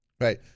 Right